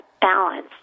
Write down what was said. balance